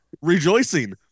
rejoicing